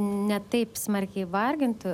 ne taip smarkiai vargintų